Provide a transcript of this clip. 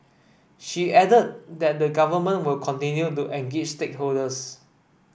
she added that the government will continue to engage stakeholders